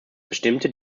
bestimmte